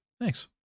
Thanks